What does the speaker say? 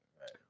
right